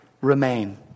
remain